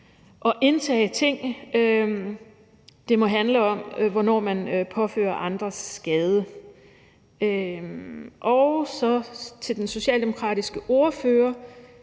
at indtage ting. Det må handle om, hvornår man påfører andre skade. Så vil jeg sige til den socialdemokratiske ordfører,